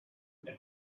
what